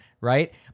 right